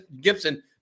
Gibson